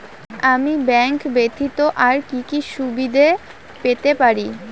আমি ব্যাংক ব্যথিত আর কি কি সুবিধে পেতে পারি?